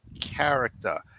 character